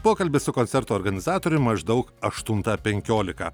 pokalbis su koncerto organizatoriai maždaug aštuntą penkiolika